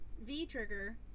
V-trigger